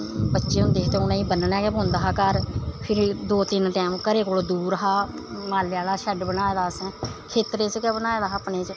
बच्चे होंदे हे ते उ'नेंगी बन्नना गै पौंदा हा घर फिर दो तिन टैम घरै कोला दूर हा माल्लै आह्ला शैड्ड बनाए दा हा असें खेत्तरें च गै बनाए दा हा अपने च